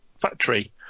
factory